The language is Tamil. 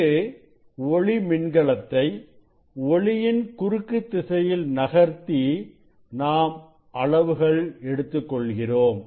இங்கு ஒளி மின்கலத்தை ஒளியின் குறுக்கு திசையில் நகர்த்தி நாம் அளவுகள் எடுத்துக் கொள்கிறோம்